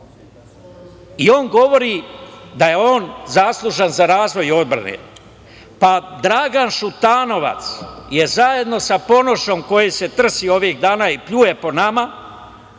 i on govori da je on zaslužan za razvoj odbrane. Dragan Šutanovac je zajedno sa Ponošom, koji se trsi ovih dana i pljuje po nama,